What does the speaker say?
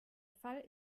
fall